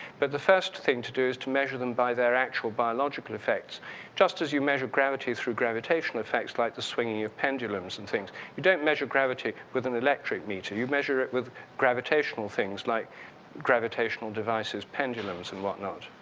but the first thing to do is to measure them by their actual biological effects just as you measure gravity through gravitational effects like the swinging of pendulums and things. you don't measure gravity with an electric meter. you measure with gravitational things like gravitational devices, pendulums, and what not.